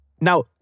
Now